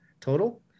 total